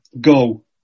go